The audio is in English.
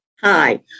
Hi